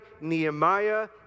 nehemiah